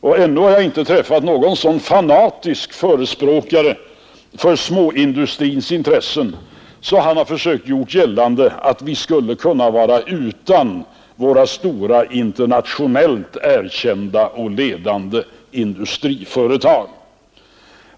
Och ännu har jag inte träffat någon så fanatisk förespråkare för småindustrins intressen att han försökt göra gällande att vi skulle kunna vara utan våra stora, internationellt erkända och ledande industriföretag.